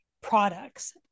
products